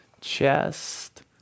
chest